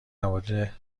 مورد